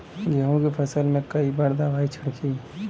गेहूँ के फसल मे कई बार दवाई छिड़की?